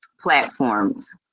platforms